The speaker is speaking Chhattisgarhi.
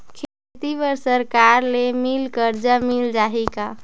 खेती बर सरकार ले मिल कर्जा मिल जाहि का?